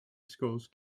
schools